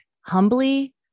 humbly